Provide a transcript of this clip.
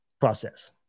process